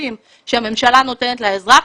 השירותים שהממשלה נותנת לאזרח,